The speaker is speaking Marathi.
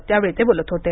त्यावेळी ते बोलत होते